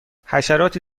حشراتی